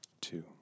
two